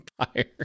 Empire